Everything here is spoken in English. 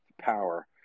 power